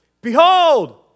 Behold